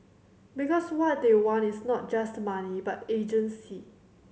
because what they want is not just money but agency